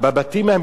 אני